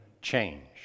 change